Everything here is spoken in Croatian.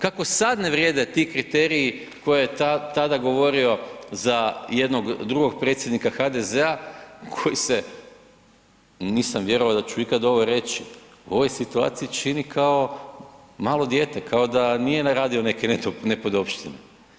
Kako sad ne vrijede ti kriteriji koje je tada govorio za jednog drugog predsjednika HDZ-a koji se, nisam vjerovao da ću ikad ovo reći, u ovoj situaciji čini kao malo dijete, kao da nije ne radio neke nepodopštine.